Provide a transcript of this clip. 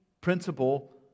principle